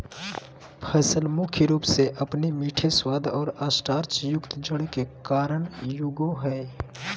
फसल मुख्य रूप से अपने मीठे स्वाद और स्टार्चयुक्त जड़ के कारन उगैय हइ